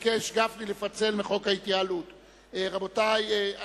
חוק ההתייעלות הכלכלית (תיקוני חקיקה